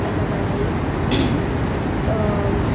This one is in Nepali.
अन्त मलाई